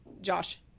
Josh